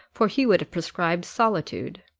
for he would have prescribed solitude.